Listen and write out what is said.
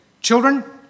children